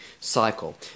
cycle